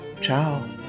Ciao